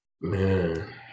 man